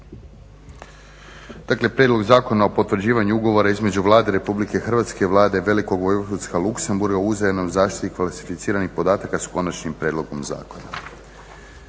Prijedlog Zakona o potvrđivanju ugovora između Vlade Republike Hrvatske i Vlade Velikog Vojvodstva Luxembourga o uzajamnoj zaštiti klasificiranih podataka, s Konačnim prijedlogom zakona.